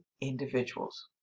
individuals